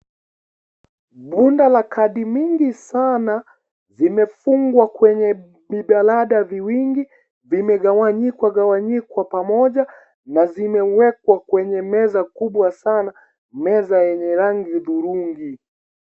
Bunda la kadi mingi sana. Zimefungwa kwenye vijadalada viwingi, vimegawanyigwa gawanyikwa pamoja na zimewekwa kwenye meza kubwa sana. Meza yenye rangi udhurungi.